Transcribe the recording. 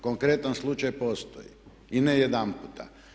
Konkretan slučaj postoji i ne jedan puta.